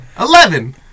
Eleven